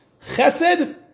chesed